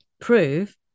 prove